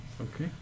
Okay